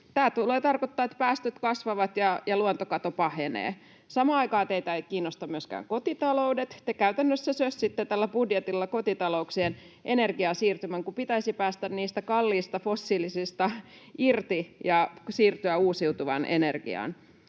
tulee tarkoittamaan, että päästöt kasvavat ja luontokato pahenee. Samaan aikaan teitä ei kiinnosta myöskään kotitaloudet. Te käytännössä sössitte tällä budjetilla kotitalouksien energiasiirtymän, kun pitäisi päästä niistä kalliista fossiilisista irti ja siirtyä uusiutuvaan energiaan.